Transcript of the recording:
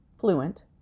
fluent